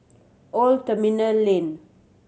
Old Terminal Lane